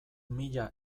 mila